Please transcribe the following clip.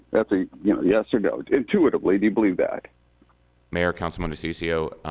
that's a yes or no. intuitively, do you believe that mayor, councilman diciccio,